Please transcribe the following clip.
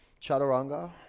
chaturanga